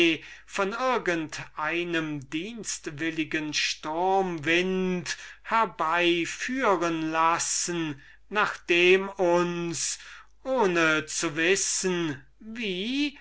von irgend einem dienstwilligen sturmwind herbeiführen lassen nachdem uns ohne zu wissen wie